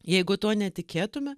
jeigu tuo netikėtume